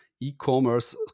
e-commerce